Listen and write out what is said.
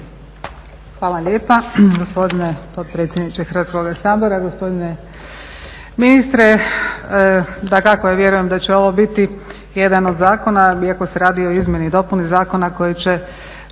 Hvala lijepa gospodine potpredsjedniče Hrvatskoga sabora, gospodine ministre. Dakako ja vjerujem da će ovo biti jedan od zakona iako se radi o izmjeni i dopuni zakona koji će